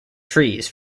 trees